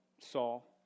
Saul